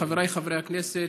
חבריי חברי הכנסת,